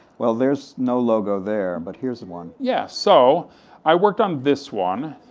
well there's no logo there, but here's one. yeah. so i worked on this one,